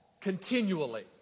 continually